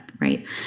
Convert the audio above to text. right